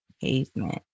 pavement